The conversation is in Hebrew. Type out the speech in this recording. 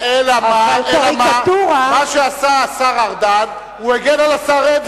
אלא מה, מה שעשה השר ארדן, הוא הגן על השר אדרי.